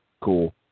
Cool